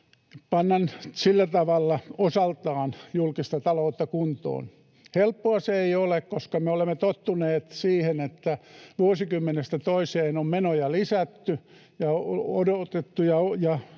panna sillä tavalla osaltaan julkista taloutta kuntoon. Helppoa se ei ole, koska me olemme tottuneet siihen, että vuosikymmenestä toiseen on menoja lisätty, ja odotettu